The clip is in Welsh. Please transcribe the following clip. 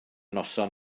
noson